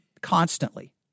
constantly